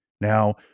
Now